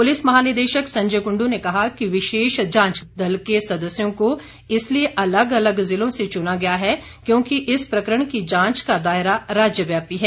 police महानिदेशक संजय कुंडू ने कहा कि विशेष जांच दल के सदस्यों को इसलिए अलग अलग जिलों से चुना गया है क्योंकि इस प्रकरण की जांच का दायरा राज्य व्यापी है